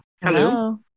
Hello